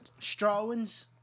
Strawins